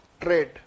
trade